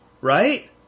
right